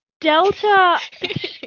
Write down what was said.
Delta